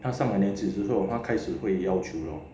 他上了年纪之后他开始会要求